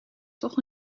toch